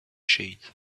shade